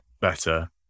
better